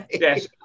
Yes